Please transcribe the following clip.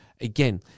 again